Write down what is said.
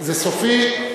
זה סופי?